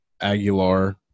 Aguilar